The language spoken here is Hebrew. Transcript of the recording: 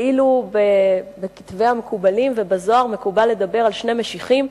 ואילו בכתבי המקובלים ובזוהר מקובל לדבר על שני משיחים,